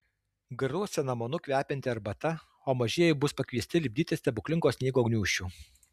garuos cinamonu kvepianti arbata o mažieji bus pakviesti lipdyti stebuklingo sniego gniūžčių